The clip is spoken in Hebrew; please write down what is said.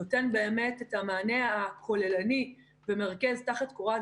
הוא באמת נותן את המענה הכוללני ומרכז תחת קורת